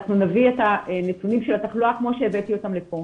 אנחנו נביא את הנתונים של התחלואה כמו שהבאתי אותם לפה.